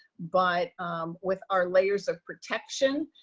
but with our layers of protection,